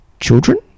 children